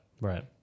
Right